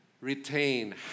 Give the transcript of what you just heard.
Retain